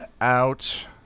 out